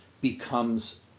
becomes